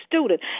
student